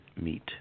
Meet